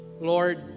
Lord